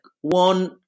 one